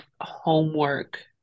homework